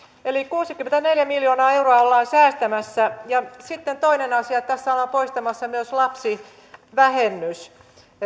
eli kuusikymmentäneljä miljoonaa euroa ollaan säästämässä ja sitten toinen asia tässä ollaan poistamassa myös lapsivähennys